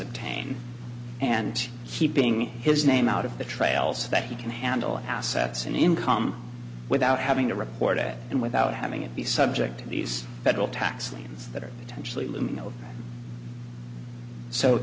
obtain and keeping his name out of the trails that he can handle assets and income without having to report it and without having it be subject to these federal tax liens that are